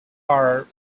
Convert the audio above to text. car